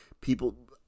people